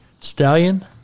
Stallion